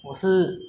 我是